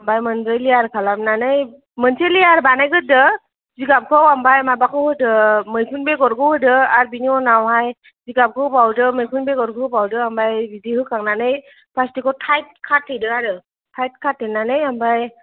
ओमफ्राय मोनब्रै लेयार खालामननानै मोनसे लेयार बानायग्रोदो जिगाबखौ ओमफ्राय माबाखौ होदो मैखुन बेगरखौ होदो आर बिनि उनावहाय जिगाबखौ होबावदो मैखुन बेगरखौ होबावदो ओमफ्राय बिदि होखांनानै प्लासटिकखौ टाइथ खाथेदो आरो थाइथ खाथेनानै ओमफ्राय